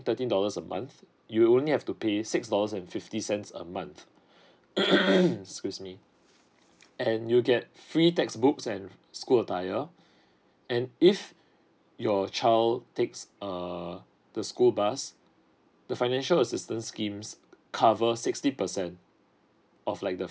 thirteen dollars a month you will only have to pay six dollars and fifty cents a month excuse me and you get free textbooks and school attire and if your child takes err the school bus the financial assistance schemes cover sixty percent of like the